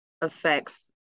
affects